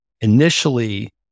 Initially